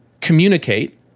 communicate